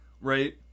Right